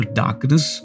darkness